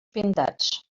pintats